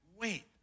Wait